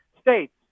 states